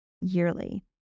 yearly